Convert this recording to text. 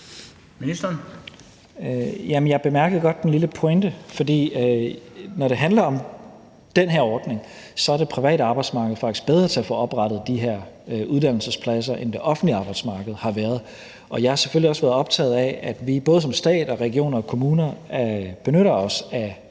Tesfaye): Jeg bemærkede godt den lille pointe, for når det handler om den her ordning, så er det private arbejdsmarked faktisk bedre til at få oprettet de her uddannelsespladser, end det offentlige arbejdsmarked har været, og jeg har selvfølgelig også været optaget af, at vi både som stat, regioner og kommuner benytter os af